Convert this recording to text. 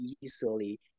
easily